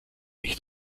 nicht